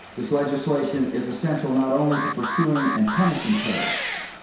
this legislation is essential not only to pursuing and punishing terrorists,